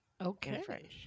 Okay